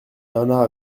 bernard